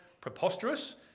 preposterous